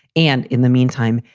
and in the meantime,